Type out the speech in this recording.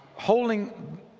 holding